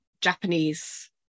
Japanese